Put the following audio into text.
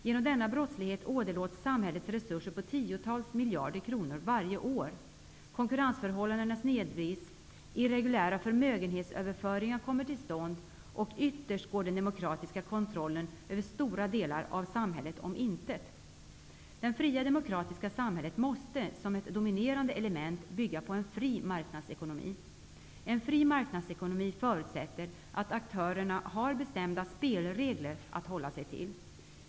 Genom denna brottslighet åderlåts samhällets resurser på tiotals miljarder kronor varje år, konkurrensförhållandena snedvrids, irreguljära förmögenhetsöverföringar kommer till stånd, och ytterst går den demokratiska kontrollen över stora delar av samhället om intet. Det fria demokratiska samhället måste bygga på en fri marknadsekonomi, som ett dominerande element. En fri marknadsekonomi förutsätter att aktörerna har bestämda spelregler att hålla sig till.